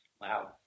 wow